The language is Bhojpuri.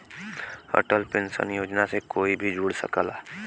अटल पेंशन योजना से कोई भी जुड़ सकला